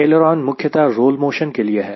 aileron मुख्यत roll motion के लिए है